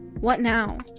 what now?